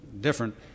different